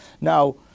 Now